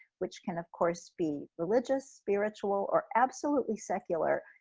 which can of course be religious, spiritual, or absolutely secular,